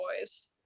boys